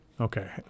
okay